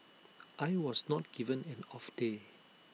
I was not given an off day